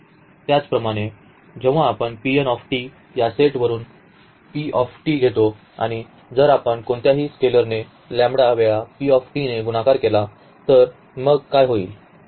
त्याचप्रमाणे जेव्हा आपण या सेटवरून घेतो आणि जर आपण कोणत्याही स्कॅलरने लॅंबडा वेळा ने गुणाकार केला तर मग काय होईल